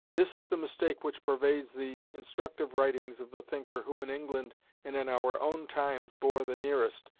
this is the mistake which pervades the instructive writings of the thinker who in england and in our own times bore the nearest,